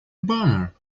bummer